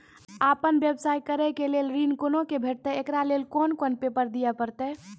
आपन व्यवसाय करै के लेल ऋण कुना के भेंटते एकरा लेल कौन कौन पेपर दिए परतै?